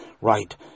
right